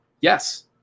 Yes